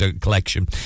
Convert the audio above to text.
collection